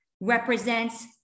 represents